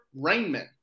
Rainman